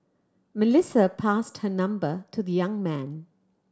Melissa passed her number to the young man